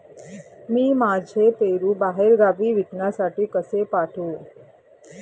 मी माझे पेरू बाहेरगावी विकण्यासाठी कसे पाठवू?